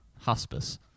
Hospice